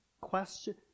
Question